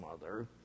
mother